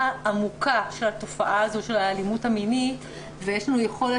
עמוקה של התופעה הזאת של האלימות המינית ויש לנו יכולת